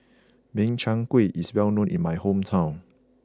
Min Chiang Kueh is well known in my hometown